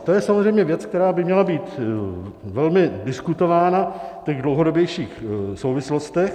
To je samozřejmě věc, která by měla být velmi diskutována v dlouhodobějších souvislostech.